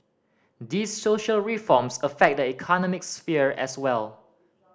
these social reforms affect the economic sphere as well